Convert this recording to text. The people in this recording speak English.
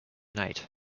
night